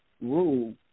rule